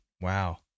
Wow